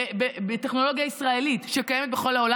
טכנולוגיה ישראלית שקיימת בכל העולם.